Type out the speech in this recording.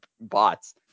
bots